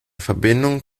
verbindung